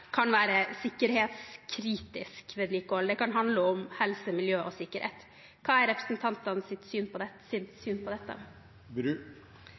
kan være sikkerhetskritisk vedlikehold. Det kan handle om helse, miljø og sikkerhet. Hva er representantens syn på det? Bransjen har selv vært veldig tydelig på